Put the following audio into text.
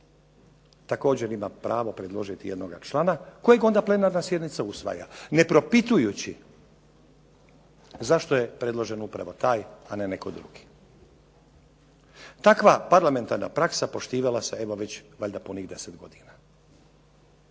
također ima pravo predložiti jednoga člana kojeg onda plenarna sjednica usvaja ne propitujući zašto je predložen upravo taj, a ne netko drugi. Takva parlamentarna praksa poštivala se evo već valjda punih 10 godina